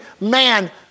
man